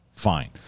Fine